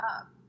up